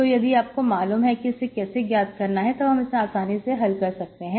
तो यदि आपको मालूम है कि इसे कैसे ज्ञात करना है तब हम इसे आसानी से कर सकते हैं